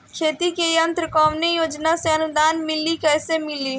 खेती के यंत्र कवने योजना से अनुदान मिली कैसे मिली?